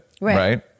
right